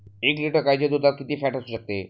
एक लिटर गाईच्या दुधात किती फॅट असू शकते?